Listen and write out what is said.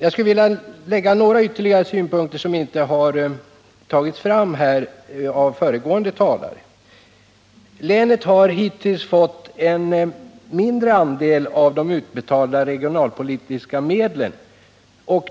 Jag skulle vilja lägga fram några ytterligare synpunkter som inte tagits upp av föregående talare. Länet har hittills fått en mindre andel av de utbetalda regionalpolitiska medlen.